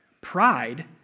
Pride